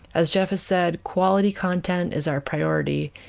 as jeff has said, quality content is our priority.